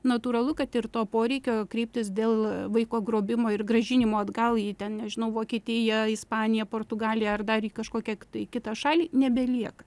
natūralu kad ir to poreikio kreiptis dėl vaiko grobimo ir grąžinimo atgal į ten nežinau vokietiją ispaniją portugaliją ar dar į kažkokią tai kitą šalį nebelieka